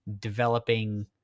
developing